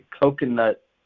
coconut